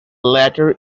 latter